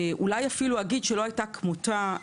אולי אפילו אגיד שלא הייתה כמותה מעולם.